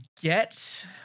get